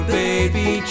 baby